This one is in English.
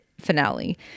finale